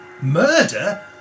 Murder